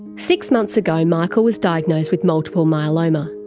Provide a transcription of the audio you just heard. six months ago, michael was diagnosed with multiple myeloma,